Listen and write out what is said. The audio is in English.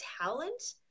talent